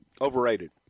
Overrated